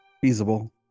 feasible